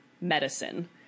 medicine